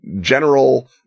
general